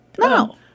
No